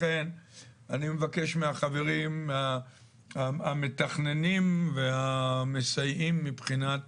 לכן אני מבקש מהחברים המתכננים והמסייעים מבחינת